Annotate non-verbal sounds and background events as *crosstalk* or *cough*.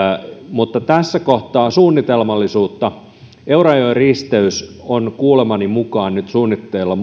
mutta tässä kohtaa toivon suunnitelmallisuutta muun muassa eurajoen risteys on kuulemani mukaan nyt suunnitteilla *unintelligible*